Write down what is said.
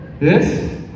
Yes